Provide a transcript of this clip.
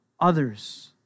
others